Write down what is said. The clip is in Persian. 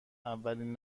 اولین